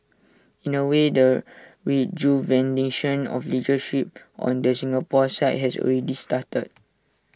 in A way the rejuvenation of leadership on the Singapore side has already started